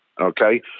okay